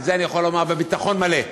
ואת זה אני יכול לומר בביטחון מלא,